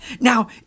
Now